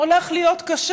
הולך להיות קשה.